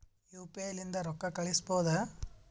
UPI ಲಿಂದ ರೊಕ್ಕ ಕಳಿಸಬಹುದಾ?